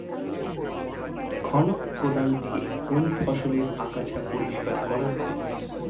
খনক কোদাল দিয়ে কোন ফসলের আগাছা পরিষ্কার করা হয়?